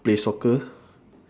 play soccer